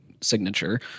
signature